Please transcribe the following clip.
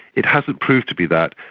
it hasn't proved to be that,